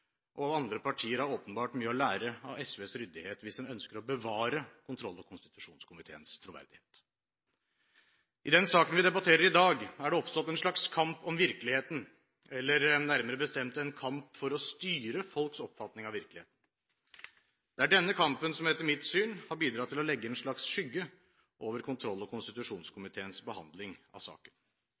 og andre partier har åpenbart mye å lære av SVs ryddighet hvis en ønsker å bevare kontroll- og konstitusjonskomiteens troverdighet. I den saken vi debatterer i dag, er det oppstått en slags kamp om virkeligheten, eller nærmere bestemt en kamp for å styre folks oppfatning av virkeligheten. Det er denne kampen som etter mitt syn har bidratt til å legge en slags skygge over kontroll- og konstitusjonskomiteens behandling av saken.